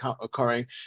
occurring